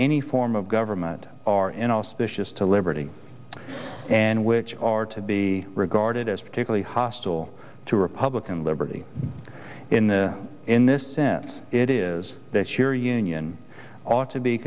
any form of government are to liberty and which are to be regarded as particularly hostile to republican liberty in the in this sense it is that your union ought to be